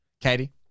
Katie